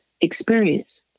experience